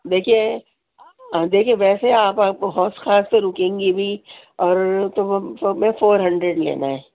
دیکھیے دیکھیے ویسے آپ آپ حوض خاص پہ رکیں گی بھی اور تو وہ تو میں فور ہنڈریڈ لینا ہے